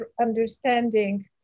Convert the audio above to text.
understanding